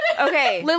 okay